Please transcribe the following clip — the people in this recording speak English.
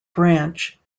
branch